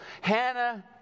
Hannah